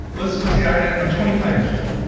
let's say i'm i'm twenty five years old.